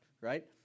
Right